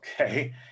okay